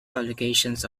publications